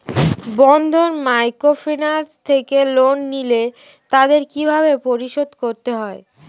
বন্ধন microfinance থেকে loan নিলে তাদের কিভাবে পরিশোধ করতে হয়?